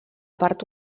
part